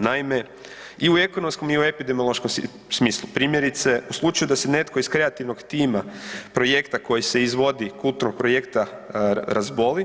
Naime i u ekonomskom i epidemiološkom smislu, primjerice u slučaju se netko iz kreativnog tima projekta koji se izvodi, kulturnog projekta razboli,